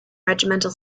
regimental